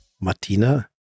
martina